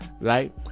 Right